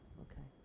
okay